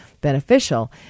beneficial